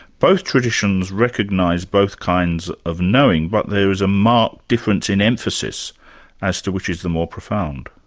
both traditions recognise both kinds of knowing, but there is a marked difference in emphasis as to which is the more profound.